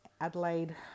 Adelaide